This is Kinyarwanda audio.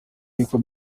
y’uko